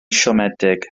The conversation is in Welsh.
siomedig